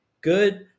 good